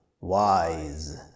wise